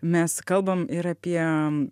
mes kalbam ir apie